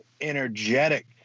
energetic